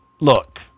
look